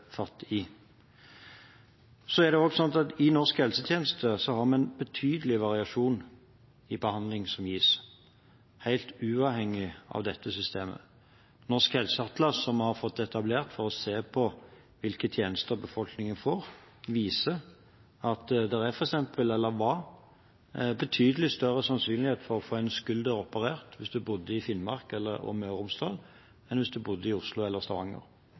fatt i. I norsk helsetjeneste har vi en betydelig variasjon i behandling som gis, helt uavhengig av dette systemet. Norsk helseatlas, som vi har fått etablert for å se på hvilke tjenester befolkningen får, viser at det f.eks. var betydelig større sannsynlighet for å få en skulder operert hvis du bodde i Finnmark eller Møre og Romsdal, enn hvis du bodde i Oslo eller Stavanger